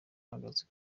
ahagaze